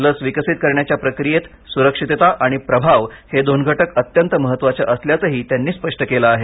लस विकसित करण्याच्या प्रक्रियेत सुरक्षितता आणि प्रभाव हे दोन घटक अत्यंत महत्त्वाचे असल्याचंही त्यांनी स्पष्ट केलं आहे